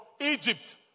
Egypt